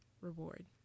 reward